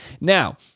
Now